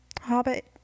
hobbit